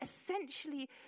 essentially